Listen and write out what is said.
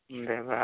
ଦେବା